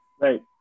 Right